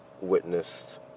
witnessed